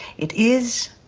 it is,